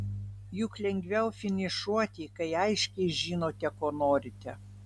juk lengviau finišuoti kai aiškiai žinote ko norite